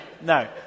no